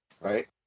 right